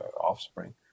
offspring